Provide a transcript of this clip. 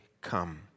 come